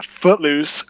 Footloose